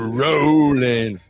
rolling